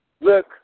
look